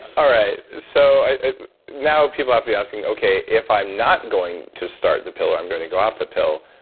all right, so now people have to be asking, okay, if i'm not going to start the pill, or i'm gonna go off the pill,